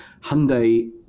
Hyundai